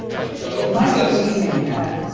there we go. michael lee made that.